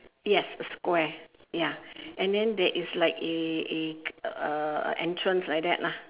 yes a square ya and then there is like a a uh entrance like that lah